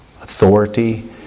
authority